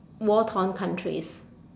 war torn countries